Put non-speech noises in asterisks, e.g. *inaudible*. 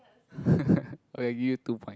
*laughs* okay I give you two point